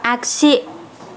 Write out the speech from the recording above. आगसि